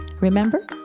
Remember